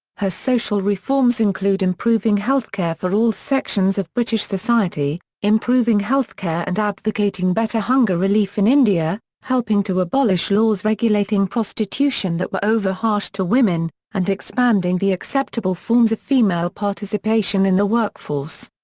her social reforms include improving healthcare for all sections of british society, improving healthcare and advocating better hunger relief in india, helping to abolish laws regulating prostitution that were over-harsh to women, and expanding the acceptable forms of female participation in the workforce.